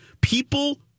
People